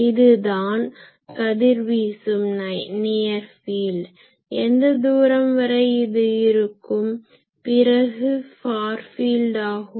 இதுதான் கதிர்வீசும் near field எந்த தூரம் வரை இது இருக்கும் பிறகு ஃபார் ஃபீல்ட் ஆகும்